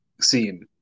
seen